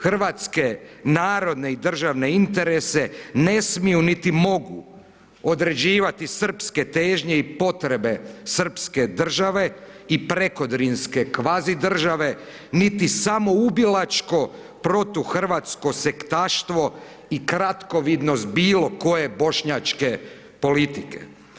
Hrvatske narodne i državne interese ne smiju niti mogu određivati srpske težnje i potrebe Srpske države i prekodrinske kvazi države niti samoubilačko protuhrvatsko sektaštvo i kratkovidnost bilo koje bošnjačke politike.